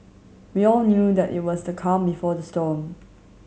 we all knew that it was the calm before the storm